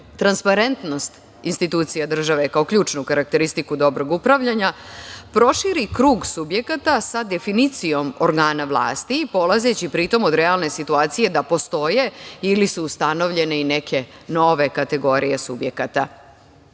transparentnost institucije države kao ključnu karakteristiku dobrog upravljanja proširi krug subjekata sa definicijom organa vlasti, polazeći pritom od realne situacije da postoje ili su ustanovljene i neke nove kategorije subjekta. Osim